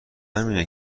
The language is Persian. همینه